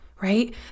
right